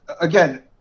again